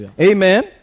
Amen